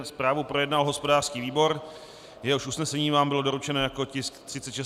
Zprávu projednal hospodářský výbor, jehož usnesení vám bylo doručeno jako tisk 36/1.